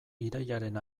irailaren